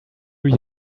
you